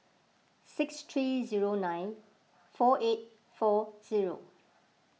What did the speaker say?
six three zero nine four eight four zero